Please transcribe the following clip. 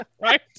right